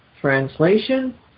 Translation